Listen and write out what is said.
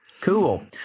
Cool